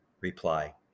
reply